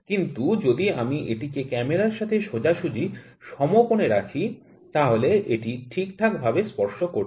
কিন্তু যদি আমি এটিকে ক্যামেরার সাথে সোজাসুজি সমকোণে রাখি তাহলে এটি ঠিক ঠাক ভাবে স্পর্শ করছে